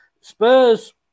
Spurs